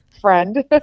friend